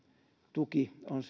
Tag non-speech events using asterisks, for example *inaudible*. tuki on *unintelligible*